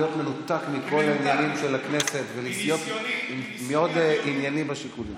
להיות מנותק מכל העניינים של הכנסת ולהיות מאוד ענייני בשיקולים.